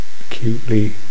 acutely